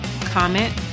comment